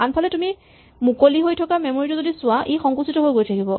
আনফালে তুমি মুকলি হৈ থকা মেমৰী টো যদি চোৱা ই সংকুচিত হৈ গৈ থাকিব